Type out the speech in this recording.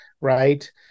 right